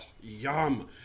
yum